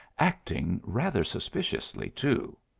acting rather suspiciously, too.